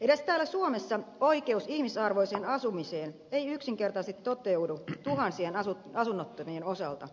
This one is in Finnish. edes täällä suomessa oikeus ihmisarvoiseen asumiseen ei yksinkertaisesti toteudu tuhansien asunnottomien osalta